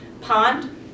Pond